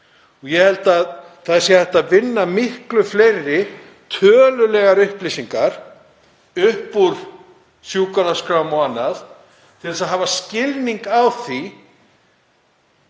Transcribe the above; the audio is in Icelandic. Ég held að það sé hægt að vinna miklu fleiri tölulegar upplýsingar upp úr sjúkraskrám og annað til að hafa skilning á því